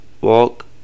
Walk